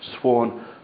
sworn